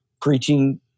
preaching